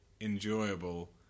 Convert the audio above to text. enjoyable